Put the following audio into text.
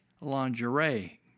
lingerie